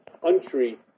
country